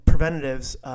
preventatives